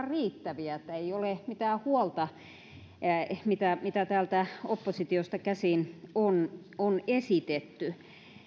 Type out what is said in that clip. riittäviä että ei ole mitään huolta mitä mitä täältä oppositiosta käsin on on esitetty